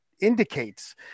indicates